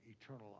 eternal